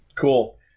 Cool